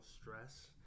stress